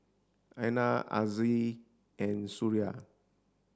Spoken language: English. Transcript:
Aina Aziz and Suria